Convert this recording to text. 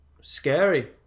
Scary